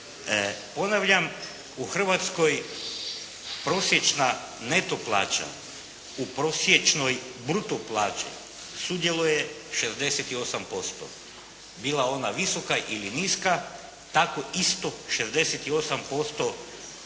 Ponavljam u Hrvatskoj prosječna neto plaća u prosječnoj bruto plaći sudjeluje 68%. Bila ona visoka ili niska, tako isto 68% u prosječnoj